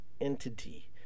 entity